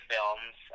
Films